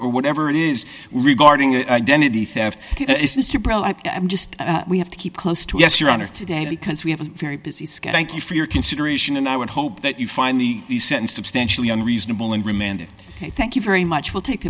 or whatever it is regarding the theft i'm just we have to keep close to us your honor today because we have a very busy schedule you for your consideration and i would hope that you find the sentence substantially unreasonable and remanded thank you very much we'll take